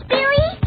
Billy